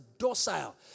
docile